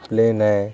plain आहे